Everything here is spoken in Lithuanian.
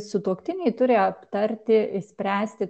sutuoktiniai turi aptarti išspręsti